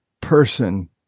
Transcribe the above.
person